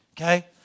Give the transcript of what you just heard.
okay